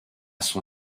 son